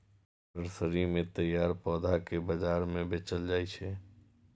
nursery मे तैयार पौधा कें बाजार मे बेचल जाइ छै